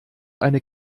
eine